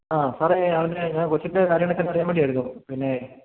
ആ സാറേ അവന് എങ്ങനാണ് കൊച്ചിൻ്റെ കാര്യങ്ങളൊക്കെ ഒന്നറിയാൻ വേണ്ടിയായിരുന്നു പിന്നെ